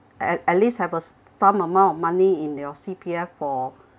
at at least have a some amount of money in your C_P_F for